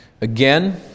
Again